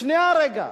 שנייה רגע.